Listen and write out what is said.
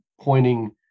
pointing